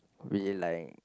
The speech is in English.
we like